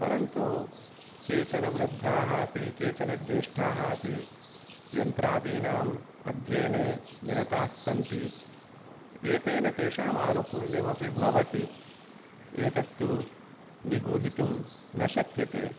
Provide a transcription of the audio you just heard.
परन्तु केचन वृद्धाः अपि केचन ज्येष्ठाः अपि यन्त्रादीनाम् अध्ययने निरताः सन्ति एतेन तेषामानुकूल्यमपि भवति एतत्तु निगूहितुं न शक्यते